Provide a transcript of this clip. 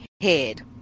head